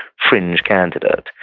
fringe candidate,